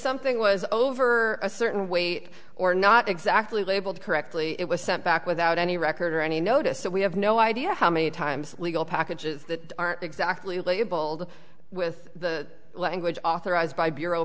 something was over a certain weight or not exactly labeled correctly it was sent back without any record or any notice so we have no idea how many times legal packages that are exactly labeled with the language authorized by bureau